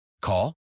Call